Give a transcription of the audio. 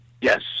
Yes